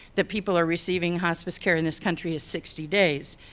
the people are receiving hospice care in this country is sixty days.